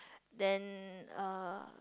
then uh